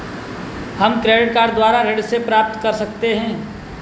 हम credit card के द्वारा ऋण कैसे प्राप्त कर सकते हैं?